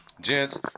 Gents